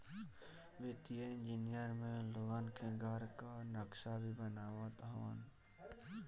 वित्तीय इंजनियर में लोगन के घर कअ नक्सा भी बनावत हवन